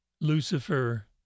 Lucifer